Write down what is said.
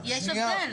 שנייה.